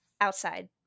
outside